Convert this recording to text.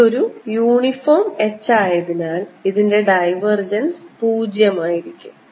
ഇത് ഒരു uniform H ആയതിനാൽ ഇതിൻറെ ഡൈവർജൻസ് പൂജ്യമായിരിക്കും